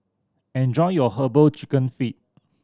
enjoy your Herbal Chicken Feet